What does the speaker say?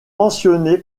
mentionné